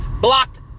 Blocked